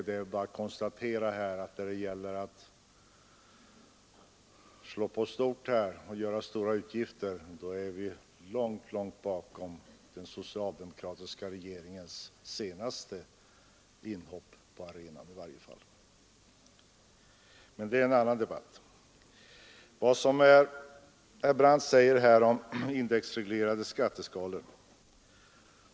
Det är bara att konstatera att när det gäller att slå på stort och föreslå stora utgifter är vi i varje fall långt, långt bakom den socialdemokratiska regeringens senaste inhopp på arenan. Men det är alltså en sak som får tas upp i en annan debatt. Herr Brandt talar om indexreglerade skatteskalor.